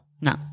no